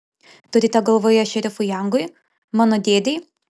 turite galvoje šerifui jangui mano dėdei